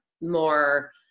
more